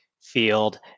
field